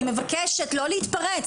אני מבקשת לא התפרץ,